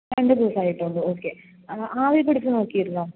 രണ്ടു ദിവസായിട്ടുള്ളൂ ഓക്കേ ആവി പിടിച്ച് നോക്കിയിരുന്നോ